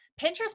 Pinterest